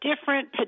different